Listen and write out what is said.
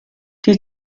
die